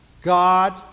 God